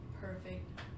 perfect